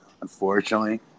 Unfortunately